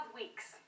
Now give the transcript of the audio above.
weeks